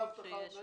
כל